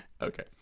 Okay